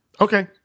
Okay